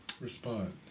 respond